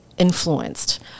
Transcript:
Influenced